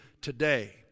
Today